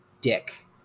dick